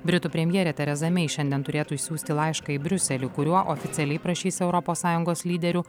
britų premjerė tereza mei šiandien turėtų išsiųsti laišką į briuselį kuriuo oficialiai prašys europos sąjungos lyderių